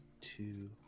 two